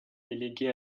délégués